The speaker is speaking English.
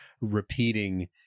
repeating